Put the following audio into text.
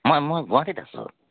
মই মই গুৱাহাটীত আছোঁ